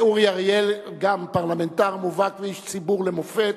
אורי אריאל גם פרלמנטר מובהק ואיש ציבור למופת.